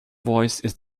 voice